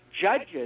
judges